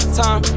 time